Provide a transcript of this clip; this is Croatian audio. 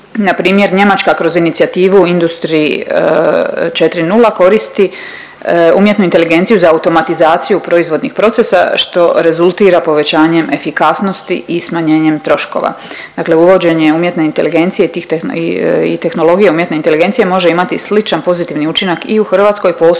Npr. Njemačka kroz inicijativu Industry 4.0 koristi umjetnu inteligenciju za automatizaciju proizvodnih procesa što rezultira povećanjem efikasnosti i smanjenjem troškova. Dakle uvođenjem umjetne inteligencije i tih, i tehnologija umjetne inteligencije može imati sličan pozitivni učinak i u Hrvatskoj, posebno